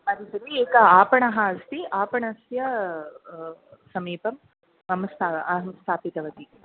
आगच्छति एकः आपणः अस्ति आपणस्य समीपं मम स्ता अहं स्थापितवती